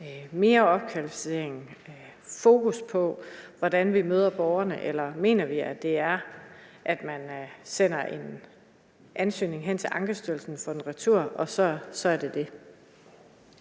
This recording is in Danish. mere opkvalificering og fokus på, hvordan vi møder borgerne, eller mener ordføreren, at det er, at man kan sende en ansøgning ind til Ankestyrelsen og få den retur, og så er det dét?